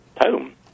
home